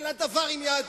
אין לה דבר עם יהדות.